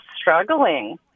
struggling